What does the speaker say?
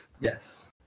Yes